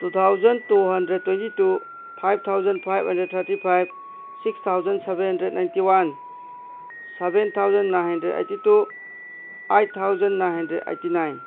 two thousand two hundred twenty two five thousand five hundred thirty five six thousand seven hundred ninety one seven thousand nine hundred eighty two eight thousand nine hundred eighty nine